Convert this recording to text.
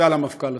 ועל המפכ"ל עצמו,